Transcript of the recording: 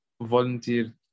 volunteer